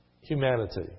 humanity